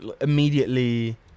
immediately